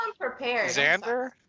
Xander